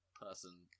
person